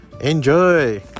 enjoy